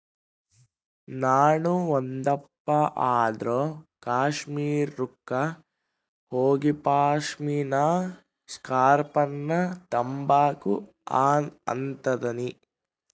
ನಾಣು ಒಂದಪ್ಪ ಆದ್ರೂ ಕಾಶ್ಮೀರುಕ್ಕ ಹೋಗಿಪಾಶ್ಮಿನಾ ಸ್ಕಾರ್ಪ್ನ ತಾಂಬಕು ಅಂತದನಿ